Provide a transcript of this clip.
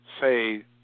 say